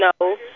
No